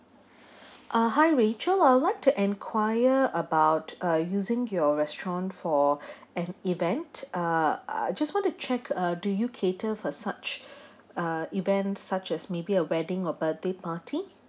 uh hi rachel I would like to enquire about uh using your restaurant for an event uh I just want to check uh do you cater for such uh events such as maybe a wedding or birthday party